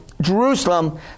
Jerusalem